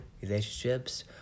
relationships